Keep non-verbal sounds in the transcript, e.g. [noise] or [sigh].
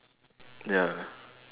ya [noise]